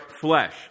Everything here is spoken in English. flesh